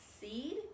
seed